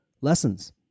lessons